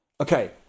Okay